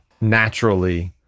naturally